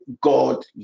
god